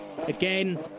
Again